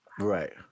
right